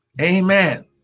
Amen